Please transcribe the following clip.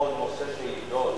או נושא שיידון,